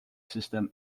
system